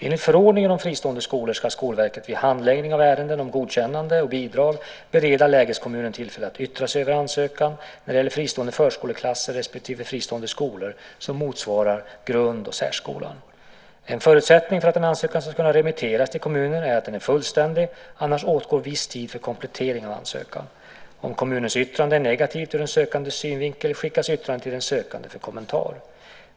Enligt förordningen om fristående skolor ska Skolverket vid handläggning av ärenden om godkännande och bidrag bereda lägeskommunen tillfälle att yttra sig över ansökan när det gäller fristående förskoleklasser respektive fristående skolor som motsvarar grund och särskolan. En förutsättning för att en ansökan ska kunna remitteras till kommunen är att den är fullständig, annars åtgår viss tid för komplettering av ansökan. Om kommunens yttrande är negativt ur den sökandes synvinkel, skickas yttrandet till den sökande för kommentar.